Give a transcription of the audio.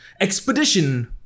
expedition